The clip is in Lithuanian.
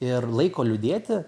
ir laiko liūdėti